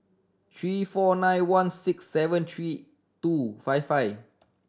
three four nine one six seven three two five five